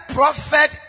prophet